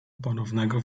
ponownego